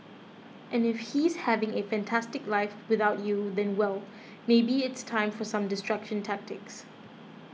and if he's having a fantastic life without you then well maybe it's time for some distraction tactics